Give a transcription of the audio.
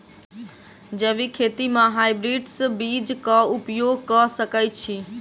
जैविक खेती म हायब्रिडस बीज कऽ उपयोग कऽ सकैय छी?